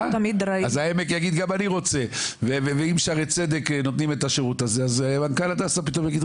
ואם שערי צדק נותן את השירות הזה אז יבוא מנכ"ל הדסה ויגיד,